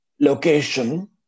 location